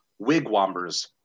wigwambers